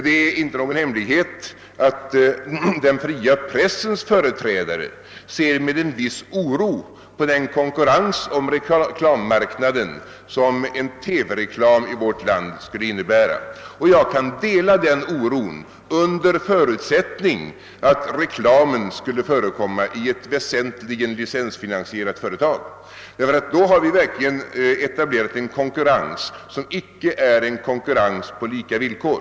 Det är inte någon hemlighet att den fria pressens företrädare ser med en viss oro på den konkurrens om reklammarknaden som en TV-reklam i vårt land skulle innebära, Jag kan dela den oron, under förutsättning att reklamen skulle förekomma i ett väsentligen licensfinansierat företag. Då har vi nämligen etablerat en konkurrens som icke är en konkurrens på lika villkor.